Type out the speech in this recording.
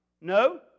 No